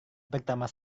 pertama